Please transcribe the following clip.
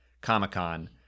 Comic-Con